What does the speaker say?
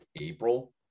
April